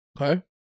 Okay